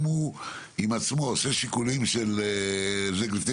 אם הוא עושה עם עצמו שיקולים כאלה לפני